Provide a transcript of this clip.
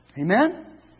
Amen